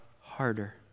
harder